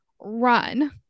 run